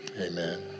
amen